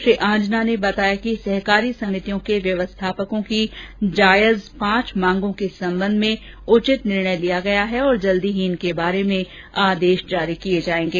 श्री आंजना ने बताया कि सहकारी समितियों के व्यवस्थापकों की जायज पांच मांगों के संबंध में उचित निर्णय लिया गया है तथा जल्दी ही इनके बारे में आदेश जारी किए जाएंगे